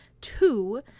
two